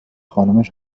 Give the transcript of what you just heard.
خانومش